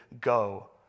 go